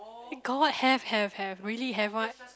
got have have have really have what